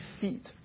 feet